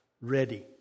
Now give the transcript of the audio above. ready